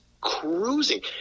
cruising